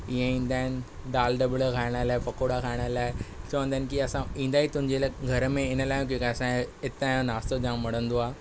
इएं ई ईंदा आहिनि दाल डॿल खाइण लाइ पकोड़ा खाइण लाइ चंवंदा आहिनि कि असां ईंदा ई तुंहिंजे घर में इन लाइ आहियूं कि असां खे इतां जो नास्तो जामु वणंदो आहे